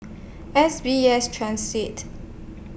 S B S Transit